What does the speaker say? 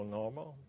normal